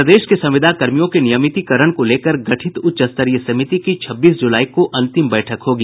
प्रदेश के संविदाकर्मियों के नियमितीकरण को लेकर गठित उच्च स्तरीय समिति की छब्बीस जुलाई को अंतिम बैठक होगी